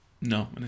No